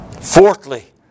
Fourthly